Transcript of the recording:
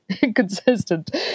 inconsistent